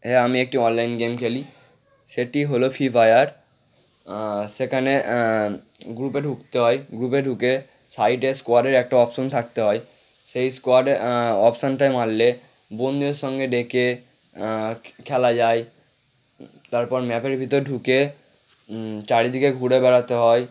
হ্যাঁ আমি একটি অনলাইন গেম খেলি সেটি হলো ফ্রি ফায়ার সেখানে গ্রুপে ঢুকতে হয় গ্রুপে ঢুকে সাইডে স্কোয়াডের একটা অপশন থাকতে হয় সেই স্কোয়াডের অপশনটায় মারলে বন্ধুদের সঙ্গে ডেকে খেলা যায় তারপর ম্যাপের ভিতর ঢুকে চারিদিকে ঘুরে বেড়াতে হয়